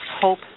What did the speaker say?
hope